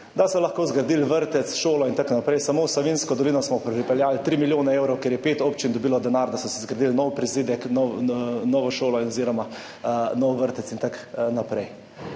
da so lahko zgradile vrtec, šolo in tako naprej, samo v Savinjsko dolino smo pripeljali 3 milijone evrov, ker je pet občin dobilo denar, da so si zgradile nov prizidek, novo šolo oziroma nov vrtec in tako naprej.